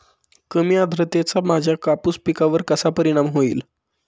कमी आर्द्रतेचा माझ्या कापूस पिकावर कसा परिणाम होईल?